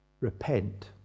repent